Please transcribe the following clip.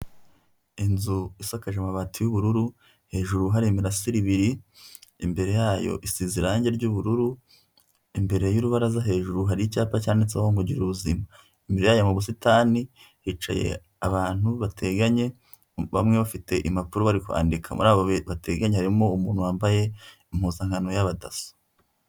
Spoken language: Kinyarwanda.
Inzu isakaje amabati y'ubururu. Hejuru hari imirasire ibiri. Imbere yayo isize irangi ry'ubururu. Imbere y'urubaraza hejuru hari icyapa cyanditseho ngo gira ubuzima. Imbere yaho mu busitani hicaye abantu bateganye, bamwe bafite impapuro barikwandika. Muri abo bateganye harimo umuntu wambaye impuzankano y'abadaso.